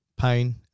pain